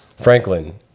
Franklin